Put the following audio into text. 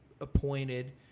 appointed